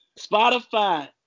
spotify